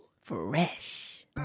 Fresh